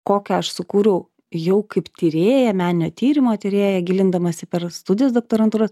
kokią aš sukūriau jau kaip tyrėja meninio tyrimo tyrėja gilindamasi per studijas doktorantūros